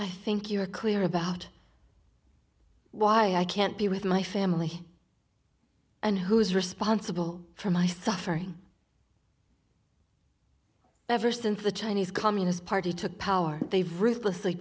i think you are clear about why i can't be with my family and who is responsible for my suffering ever since the chinese communist party took power they've ruthlessly